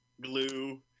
glue